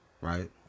right